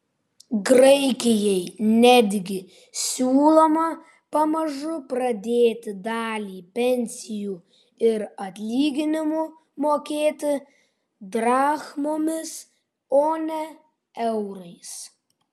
graikijai netgi siūloma pamažu pradėti dalį pensijų ir atlyginimų mokėti drachmomis o ne eurais